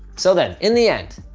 so then in the end,